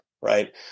right